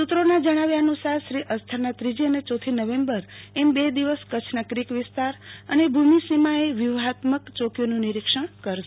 સત્રોના જણાવ્યા અનુસાર શ્રી આસ્થાના ત્રીજી અને ચોથી નવેમ્બર અને બે દિવસ કચ્છના ક્રીક વિસ્તાર અને ભૂમિ સીમાએ વ્યુહાત્મક ચોકીઓનું નિરીક્ષણ કરશે